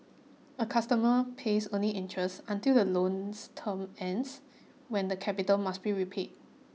a customer pays only interest until the loan's term ends when the capital must be repaid